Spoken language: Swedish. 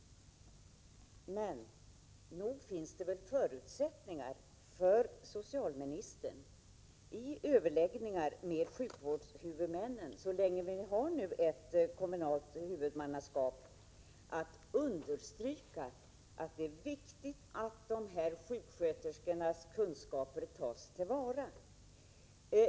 Nog finns det väl förutsättningar för socialministern att i överläggningarna med sjukvårdshuvudmännen — så länge vi nu har ett kommunalt huvudmannaskap — understryka vikten av att sjuksköterskornas kunskaper tas till vara.